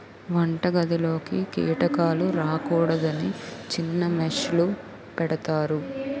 వంటగదిలోకి కీటకాలు రాకూడదని చిన్న మెష్ లు పెడతారు